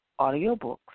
audiobooks